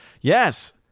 yes